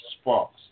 sparks